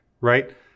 right